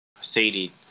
Sadie